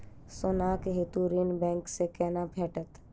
सोनाक हेतु ऋण बैंक सँ केना भेटत?